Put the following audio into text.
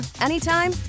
anytime